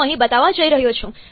આ હું અહીં બતાવવા જઈ રહ્યો છું